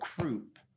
group